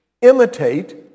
imitate